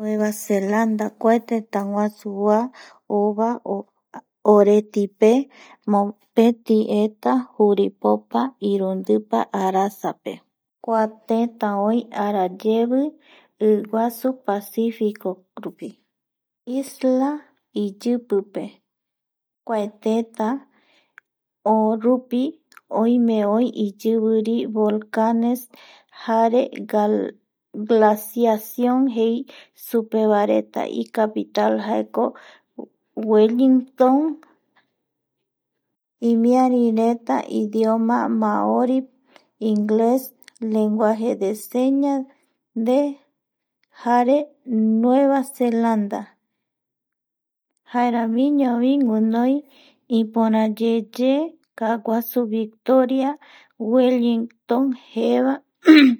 Nueva Zelanda kua tëtäguasu oa ova oretipe mopeti eta juripopa irundipa arsape kua teta oi iguasu pasificorupi isla iyipipe kua teta o ivirupi oime iyiviri volcane jare galaciaciaon jei supevaeretape icapital jaeko welingston imiarireta idioma maori ingles lenguaje de seña nde jare nueva zelanda jaeramiñovi guinoi iporayeye kaaguasu Victoria wlelinstom jeva